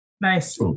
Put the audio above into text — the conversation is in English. Nice